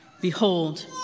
Behold